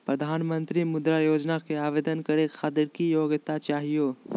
प्रधानमंत्री मुद्रा योजना के आवेदन करै खातिर की योग्यता चाहियो?